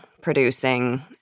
producing